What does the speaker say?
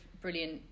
brilliant